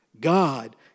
God